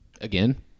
Again